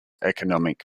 economic